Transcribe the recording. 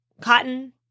cotton